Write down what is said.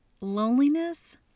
loneliness